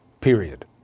period